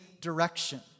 direction